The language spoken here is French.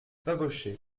babochet